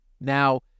Now